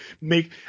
make